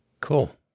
cool